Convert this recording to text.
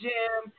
Jam